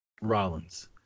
Rollins